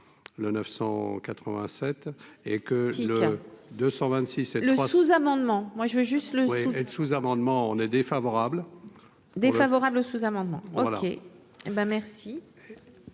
le sous-amendement on est défavorable. Défavorable au sous-amendement OK, hé